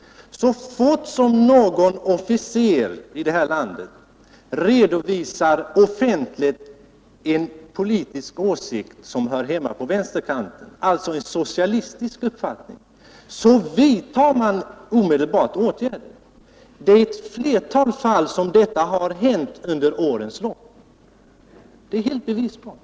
Men så fort som någon officer här i landet offentligt redovisar en politisk åsikt som hör hemma på vänsterkanten, alltså en socialistisk uppfattning, vidtar man omedelbart åtgärder. Detta har hänt i ett flertal fall under årens lopp, det är helt bevisbart.